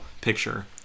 picture